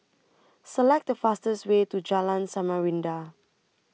Select The fastest Way to Jalan Samarinda